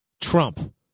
Trump